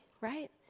right